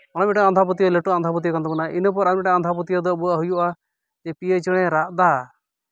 ᱚᱱᱮ ᱢᱤᱫᱴᱟᱱ ᱟᱸᱫᱷᱟ ᱯᱟᱹᱛᱭᱟᱹᱣ ᱞᱟᱹᱴᱩ ᱟᱸᱫᱷᱟ ᱯᱟᱹᱛᱭᱟᱹᱣ ᱠᱟᱱ ᱛᱟᱵᱳᱱᱟ ᱤᱱᱟᱹ ᱯᱚᱨ ᱟᱸᱫᱷᱟ ᱯᱟᱹᱛᱭᱟᱹᱣ ᱫᱚ ᱟᱵᱚᱣᱟᱜ ᱦᱩᱭᱩᱜᱼᱟ ᱡᱮ ᱯᱤᱭᱳ ᱪᱮᱬᱮ ᱨᱟᱜᱫᱟ